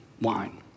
wine